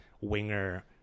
winger